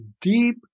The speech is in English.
deep